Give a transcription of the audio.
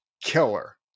killer